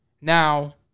Now